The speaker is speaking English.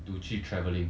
to 去 travelling